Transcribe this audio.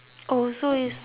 oh so is